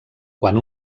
quan